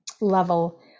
level